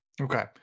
okay